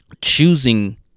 choosing